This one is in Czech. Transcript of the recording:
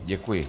Děkuji.